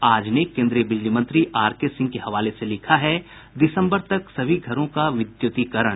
आज ने केन्द्रीय बिजली मंत्री आरके सिंह के हवाले से लिखा है दिसम्बर तक सभी घरों का विद्युतीकरण